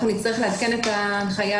אנחנו נצטרך לעדכן את ההנחיה,